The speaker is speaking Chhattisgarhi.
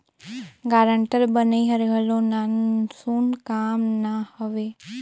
गारंटर बनई हर घलो नानसुन काम ना हवे